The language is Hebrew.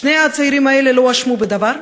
שני הצעירים האלה לא הואשמו בדבר,